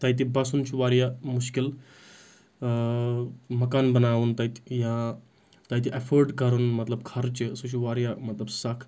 تَتہِ بَسُن چھُ واریاہ مُشکِل مَکان بَناوُن تَتہِ یا تَتہِ اَیٚفٲرڈ کَرُن مطلب خرچہِ سُہ چھُ واریاہ مطلب سَخ